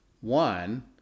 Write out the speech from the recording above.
One